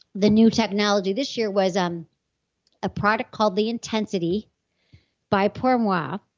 the new technology this year was um a product called the intensity by pourmoi.